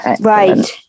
Right